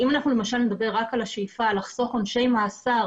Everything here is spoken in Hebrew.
אם אנחנו למשל נדבר רק על השאיפה לחסוך עונשי מאסר